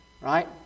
right